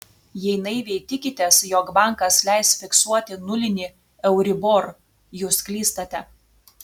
jei naiviai tikitės jog bankas leis fiksuoti nulinį euribor jūs klystate